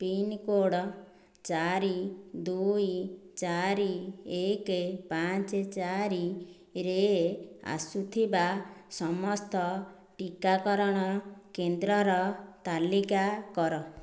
pincode ଚାରି ଦୁଇ ଚାରି ଏକ ପାଞ୍ଚ ଚାରି ରେ ଆସୁଥିବା ସମସ୍ତ ଟିକାକରଣ କେନ୍ଦ୍ରର ତାଲିକା କର